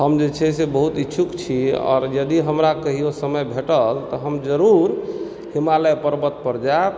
हम जे छै से बहुत इच्छुक छी आओर यदि हमरा कहिओ समय भेटल तऽ हम जरुर हिमालय पर्वत पर जायब